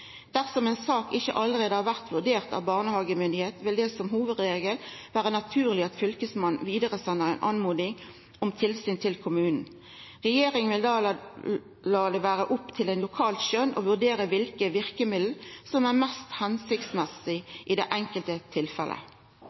Dersom ei sak ikkje allereie har vore vurdert av barnehagemyndigheit, vil det som hovudregel vera naturleg at Fylkesmannen vidaresender ein førespurnad om tilsyn til kommunen. Regjeringa vil då la det vera opp til eit lokalt skjønn å vurdera kva verkemiddel som er mest hensiktsmessig i det enkelte